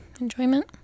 enjoyment